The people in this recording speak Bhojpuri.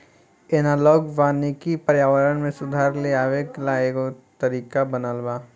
एनालॉग वानिकी पर्यावरण में सुधार लेआवे ला एगो तरीका बनल बा